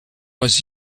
was